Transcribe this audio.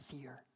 fear